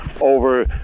over